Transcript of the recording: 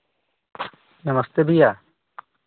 नमस्ते भैया